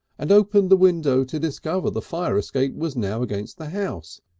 and opened the window to discover the fire escape was now against the house,